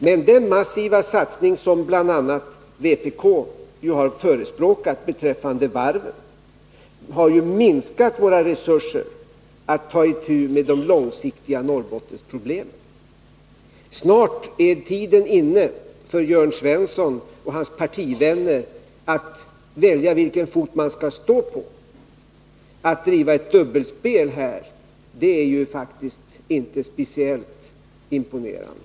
Men den massiva satsning som bl.a. vpk nu har förespråkat beträffande varven har minskat våra resurser att ta itu med de långsiktiga Norrlandsproblemen. Snart är tiden inne för Jörn Svensson och hans partivänner att välja vilken fot man skall stå på. Deras dubbelspel här är faktiskt inte speciellt imponerande.